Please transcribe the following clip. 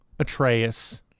Atreus